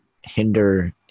hinder –